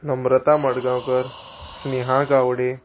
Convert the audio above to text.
Namrata Madgaonkar Sneha Gawade